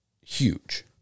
huge